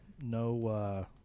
no